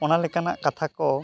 ᱚᱱᱟ ᱞᱮᱠᱟᱱᱟᱜ ᱠᱟᱛᱷᱟ ᱠᱚ